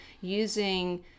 using